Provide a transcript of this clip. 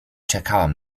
czekałam